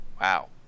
Wow